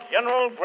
General